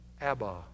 Abba